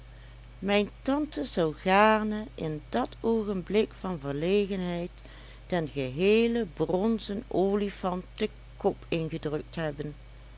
mijn tante zou gaarne in dat oogenblik van verlegenheid den geheelen bronzen olifant den kop ingedrukt hebben